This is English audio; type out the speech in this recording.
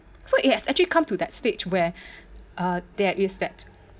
so it has actually come to that stage where uh there is that